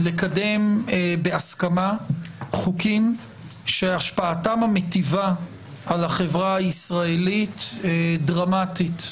לקדם בהסכמה חוקים שהשפעתם המיטיבה על החברה הישראלית דרמטית,